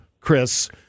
Chris